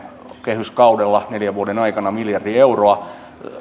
kehyskaudella neljän vuoden aikana miljardi euroa